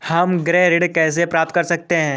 हम गृह ऋण कैसे प्राप्त कर सकते हैं?